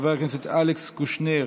חברת הכנסת אימאן ח'טיב יאסין,